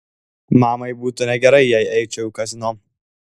mamai būtų negerai jei eičiau į kazino